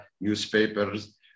newspapers